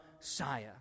Messiah